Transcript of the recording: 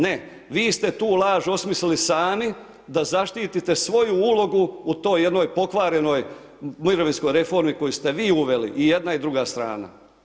Ne, vi ste tu laž osmislili sami da zaštitite svoju ulogu u toj jednoj pokvarenoj mirovinskoj reformi koju ste vi uveli i jedna i druga strana.